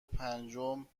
پنجم